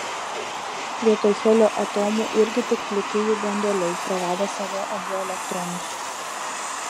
vietoj helio atomų irgi tik pliki jų branduoliai praradę savo abu elektronus